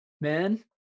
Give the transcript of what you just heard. man